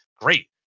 great